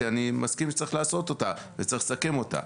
שאני מסכים שצריך לעשות אותה וצריך לסכם אותה.